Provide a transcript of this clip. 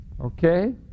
okay